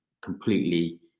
completely